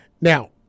Now